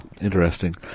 Interesting